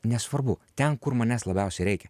nesvarbu ten kur manęs labiausiai reikia